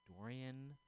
Dorian